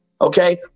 okay